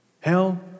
Hell